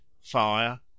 fire